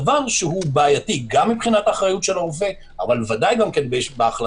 דבר בעייתי גם מבחינת אחריות הרופא אבל גם בהחלטה